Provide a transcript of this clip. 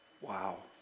Wow